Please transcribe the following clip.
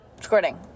squirting